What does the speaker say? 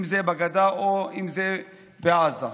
אם זה בגדה ואם זה בעזה.